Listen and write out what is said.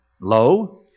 Lo